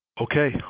Okay